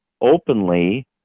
openly